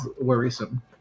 worrisome